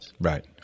Right